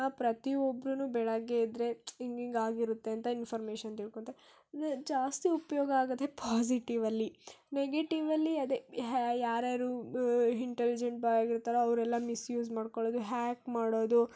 ಪ್ರತಿಯೊಬ್ರೂ ಬೆಳಗ್ಗೆ ಎದ್ದರೆ ಹಿಂಗಿಂಗ್ ಆಗಿರುತ್ತೆ ಅಂತ ಇನ್ಫಾರ್ಮೇಶನ್ ತಿಳ್ಕೊತಾರೆ ಜಾಸ್ತಿ ಉಪಯೋಗ ಆಗೋದೇ ಪಾಸಿಟಿವಲ್ಲಿ ನೆಗೆಟಿವಲ್ಲಿ ಅದೇ ಯಾರ್ಯಾರು ಇಂಟೆಲಿಜೆಂಟ್ ಬಾಯ್ ಆಗಿರ್ತಾರೋ ಅವರೆಲ್ಲ ಮಿಸ್ಯೂಸ್ ಮಾಡ್ಕೊಳ್ಳೋದು ಹ್ಯಾಕ್ ಮಾಡೋದು